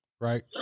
Right